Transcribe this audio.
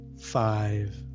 five